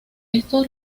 estos